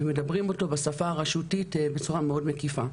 ומדברים אותו בשפה הרשותית בצורה מאוד מקיפה.